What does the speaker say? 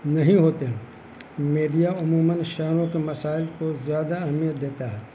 نہیں ہوتے ہیں میڈیا عموماً شہروں کے مسائل کو زیادہ اہمیت دیتا ہے